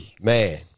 Man